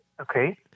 Okay